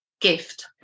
gift